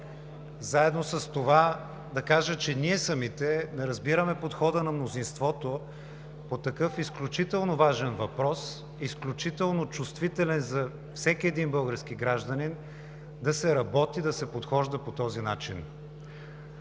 Заедно с това да кажа, че ние самите не разбираме подхода на мнозинството по такъв изключително важен въпрос, изключително чувствителен за всеки един български гражданин – да се работи, да се подхожда по този начин.